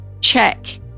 check